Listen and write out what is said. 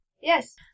Yes